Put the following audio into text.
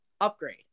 upgrade